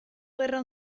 gerra